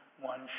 one